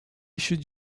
should